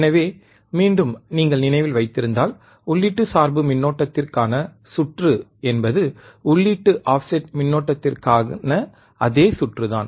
எனவே மீண்டும் நீங்கள் நினைவில் வைத்திருந்தால் உள்ளீட்டு சார்பு மின்னோட்டத்திற்கான சுற்று என்பது உள்ளீட்டு ஆஃப்செட் மின்னோட்டத்திற்கான அதே சுற்றுதான்